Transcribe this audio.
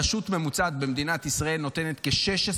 רשות ממוצעת במדינת ישראל נותנת כ-16